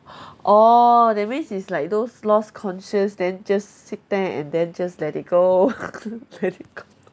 orh that means it's like those lost conscious then just sit there and then just let it go let it go